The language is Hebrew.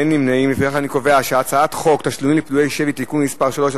חוק תשלומים לפדויי שבי (תיקון מס' 3),